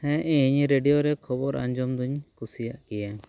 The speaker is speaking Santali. ᱦᱮᱸ ᱤᱧ ᱨᱮᱰᱤᱭᱳ ᱨᱮ ᱠᱷᱚᱵᱚᱨ ᱟᱸᱡᱚᱢ ᱫᱚᱧ ᱠᱩᱥᱤᱭᱟᱜ ᱜᱮᱭᱟ